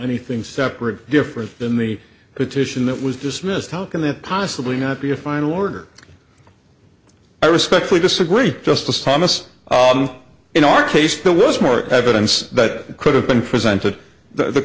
anything separate different than the petition that was dismissed how can that possibly not be a final order i respectfully disagree justice thomas in our case there was more evidence that could have been presented t